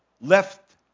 left